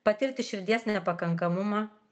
patirti širdies nepakankamumą